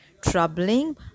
troubling